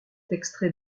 extrait